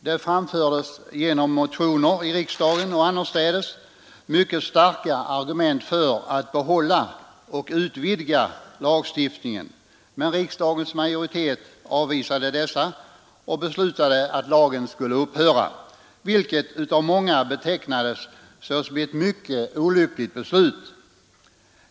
Det framfördes, genom motioner i riksdagen och annorstädes, mycket starka argument för att behålla och utvidga lagstiftningen, men riksdagens majoritet avvisade detta och beslutade att lagen skulle upphöra, vilket av många betecknades såsom ett mycket olyckligt beslut.